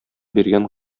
биргән